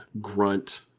grunt